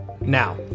Now